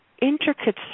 intricate